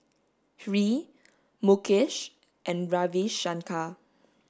Hri Mukesh and Ravi Shankar